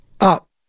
up